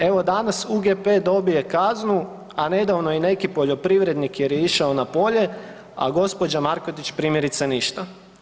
Evo danas UGP dobije kaznu, a nedavno i neki poljoprivrednik jer je išao na polje, a gđa. Markotić primjerice ništa.